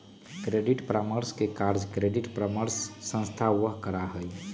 credit परामर्श के कार्य क्रेडिट परामर्श संस्थावह करा हई